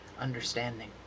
understanding